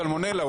סלמונלה.